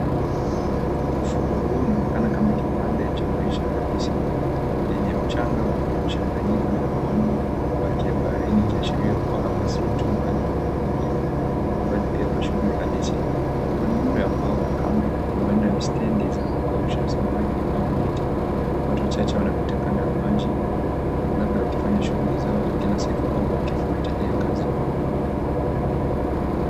Ufukwe huu unaonekana kama kipande cha maisha halisi yenye mchanga uliochanganyika na mwani na mabaki ya baharini ikionyesha kuwa hapa si tu mahali pa kupumzika bali pia pa shughuli halisi. Kuna miundo ya mbao na kamba huenda ni stendi za kukausha samaki au neti. Watu wachache wanapita kando ya maji labda wakifanya shughuli zao za kila siku au wakifuatilia kazi ya uvuvi.